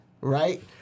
Right